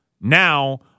Now